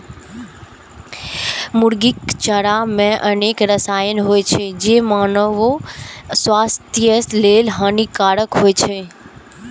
मुर्गीक चारा मे अनेक रसायन होइ छै, जे मानवो स्वास्थ्य लेल हानिकारक होइ छै